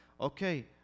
Okay